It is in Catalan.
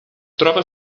troba